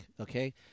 okay